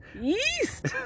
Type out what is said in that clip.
Yeast